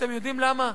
ואתם יודעים למה?